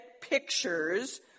pictures